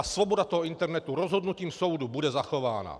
Svoboda internetu rozhodnutím soudu bude zachována.